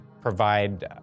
provide